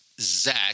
Zach